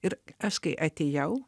ir aš kai atėjau